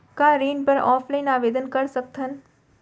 का ऋण बर ऑफलाइन आवेदन कर सकथन?